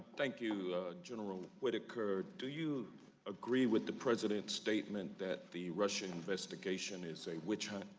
ah thank you general whitaker do you agree with the president's statement that the russian investigation is a witchhunt?